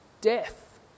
Death